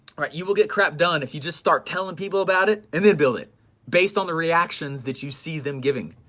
right you will get crap done if you just start telling people about it and then build it based on the reactions that you see them giving,